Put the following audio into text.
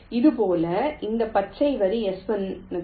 இதேபோல் இந்த பச்சை வரி S1 க்கு